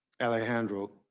Alejandro